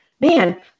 man